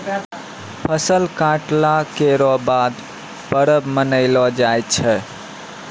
फसल कटला केरो बाद परब मनैलो जाय छै